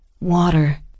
Water